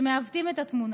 שמעוותים את התמונה.